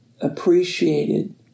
appreciated